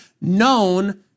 known